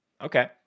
okay